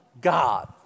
God